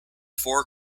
four